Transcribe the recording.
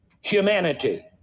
humanity